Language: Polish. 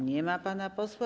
Nie ma pana posła.